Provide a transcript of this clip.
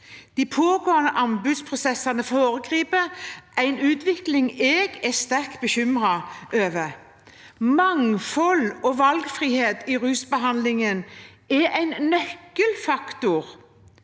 De pågående anbudsprosessene foregriper en utvikling jeg er sterkt bekymret for. Mangfold og valgfrihet i rusbehandlingen er en nøkkelfaktor